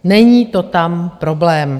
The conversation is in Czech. Není to tam problém.